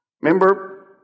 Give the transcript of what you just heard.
remember